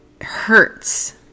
hurts